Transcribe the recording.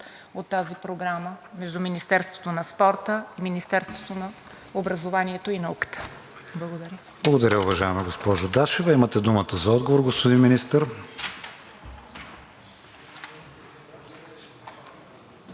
от тази Програма между Министерството на спорта и Министерството на образованието и науката? ПРЕДСЕДАТЕЛ КРИСТИАН ВИГЕНИН: Благодаря, уважаема госпожо Дашева. Имате думата за отговор, господин Министър.